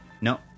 No